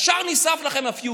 ישר נשרף לכם הפיוז.